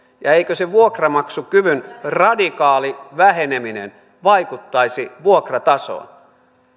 eikö se vuokranmaksukyvyn radikaali väheneminen vaikuttaisi vuokratasoon